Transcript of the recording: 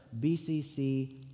BCC